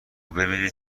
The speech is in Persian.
ببینید